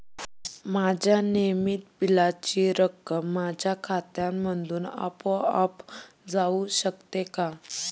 माझ्या नियमित बिलाची रक्कम माझ्या खात्यामधून आपोआप जाऊ शकते का?